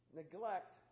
neglect